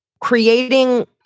creating